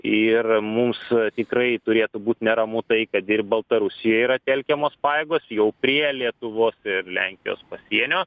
ir mums tikrai turėtų būt neramu tai kad ir baltarusijoje yra telkiamos pajėgos jau prie lietuvos ir lenkijos pasienio